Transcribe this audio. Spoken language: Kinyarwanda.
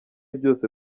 byose